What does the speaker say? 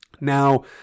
Now